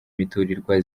imiturirwa